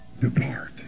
Depart